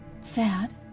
sad